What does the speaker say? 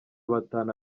batanu